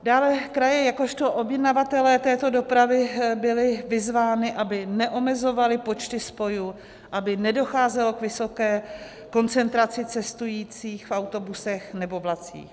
Dále kraje jakožto objednavatelé této dopravy byly vyzvány, aby neomezovaly počty spojů, aby nedocházelo k vysoké koncentraci cestujících v autobusech nebo vlacích.